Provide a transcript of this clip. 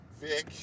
Vic